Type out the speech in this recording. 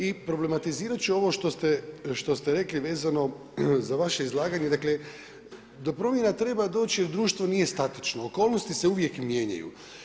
I problematizirati ću ovo što ste rekli vezano za vaše izlaganje, dakle do promjena treba doći jer društvo nije statično, okolnosti se uvijek mijenjaju.